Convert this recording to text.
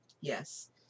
Yes